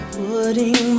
putting